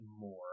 more